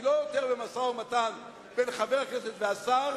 היא לא עוד במשא-ומתן בין חבר הכנסת לשר,